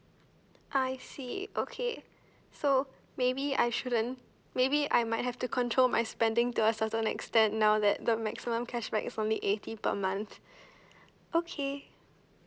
I see okay so maybe I shouldn't maybe I might have to control my spending to a certain extent now that the maximum cashback is only eighty per month okay